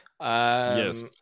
Yes